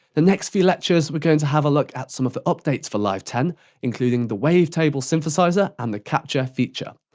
the next few lectures we're going to have a look at some of the updates for live ten including the wave table synthesiser and the capture feature.